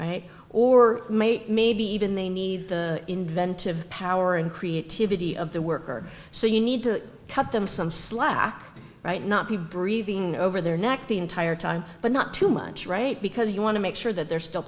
or maybe even they need the inventive power and creativity of the worker so you need to cut them some slack right not be breathing over their neck the entire time but not too much right because you want to make sure that they're still